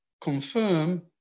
confirm